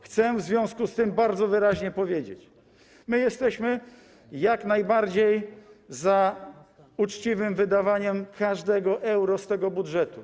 Chcę w związku z tym bardzo wyraźnie powiedzieć: my jesteśmy jak najbardziej za uczciwym wydawaniem każdego euro z tego budżetu.